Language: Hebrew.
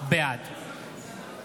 בעד